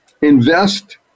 invest